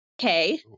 okay